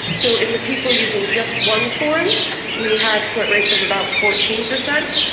so in the people using just one form we had quit rates of about fourteen percent,